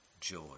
joy